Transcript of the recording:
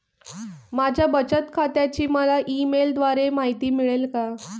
माझ्या बचत खात्याची मला ई मेलद्वारे माहिती मिळेल का?